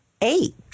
eight